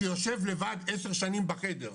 שישוב לבד עשר שנים בחדר,